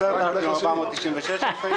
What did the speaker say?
רפואה מונעת 10,496 אלפי